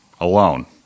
alone